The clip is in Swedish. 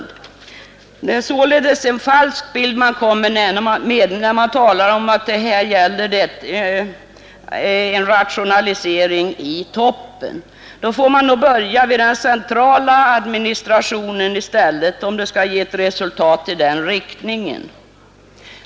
Det är således en falsk bild man kommer med när man talar om att det här gäller att börja rationaliseringen i toppen. Man får nog i stället börja vid den centrala administrationen, om rationaliseringen skall ge ett resultat i den riktningen.